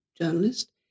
journalist